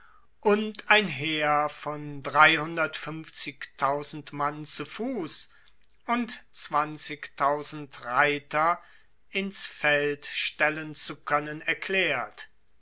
und ein heer von mann zu fuss und reiter ins feld stellen zu koennen erklaert